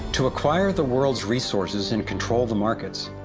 to acquire the world's resources and control the markets,